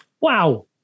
Wow